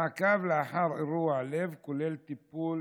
המעקב לאחר אירוע לב כולל טיפול